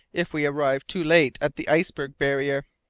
if we arrived too late at the iceberg barrier.